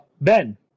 Ben